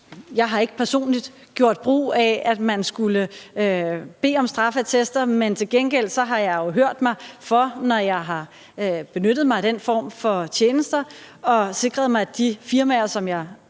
Jeg har ikke personligt gjort brug af at skulle bede om straffeattester, men til gengæld har jeg jo hørt mig for, når jeg har benyttet mig af den form for tjenester, og sikret mig, at de firmaer, som jeg